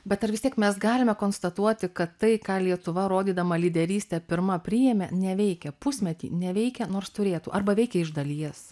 bet ar vis tiek mes galime konstatuoti kad tai ką lietuva rodydama lyderystę pirma priėmė neveikia pusmetį neveikia nors turėtų arba veikia iš dalies